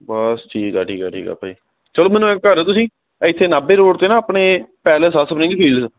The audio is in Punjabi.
ਬਸ ਠੀਕ ਹੈ ਠੀਕ ਹੈ ਠੀਕ ਹੈ ਭਾਅ ਜੀ ਚਲੋ ਮੈਨੂੰ ਐ ਘਰ ਹੋ ਤੁਸੀਂ ਇੱਥੇ ਨਾਭੇ ਰੋਡ 'ਤੇ ਨਾ ਆਪਣੇ ਪੈਲਸ ਆ ਸਪਰਿੰਗ ਫ਼ੀਲਜ਼